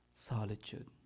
solitude